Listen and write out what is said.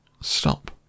Stop